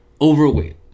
overweight